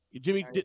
Jimmy